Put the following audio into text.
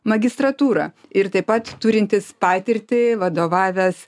magistratūrą ir taip pat turintis patirtį vadovavęs